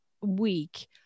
week